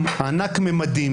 עוד אין כתב אישום כולכם הייתם בעד.